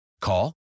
Call